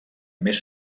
més